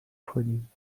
کنیم